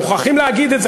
מוכרחים להגיד את זה,